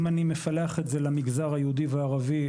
אם אני מפלח את זה למגזר היהודי והערבי,